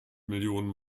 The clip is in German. millionen